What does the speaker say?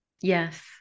yes